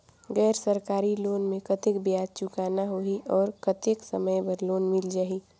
गैर सरकारी लोन मे कतेक ब्याज चुकाना होही और कतेक समय बर लोन मिल जाहि?